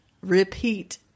repeat